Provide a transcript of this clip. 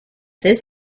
this